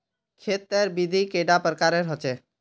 खेत तेर विधि कैडा प्रकारेर होचे?